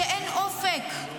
שאין אופק.